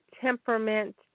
temperament